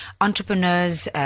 Entrepreneurs